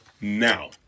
now